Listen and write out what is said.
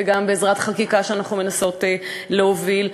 וגם בעזרת חקיקה שאנחנו מנסות להוביל,